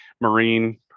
Marine